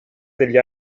degli